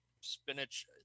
spinach